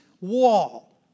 wall